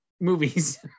movies